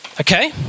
okay